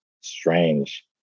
strange